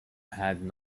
had